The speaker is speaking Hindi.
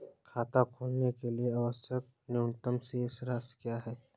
खाता खोलने के लिए आवश्यक न्यूनतम शेष राशि क्या है?